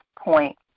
point